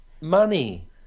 Money